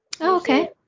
okay